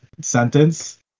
sentence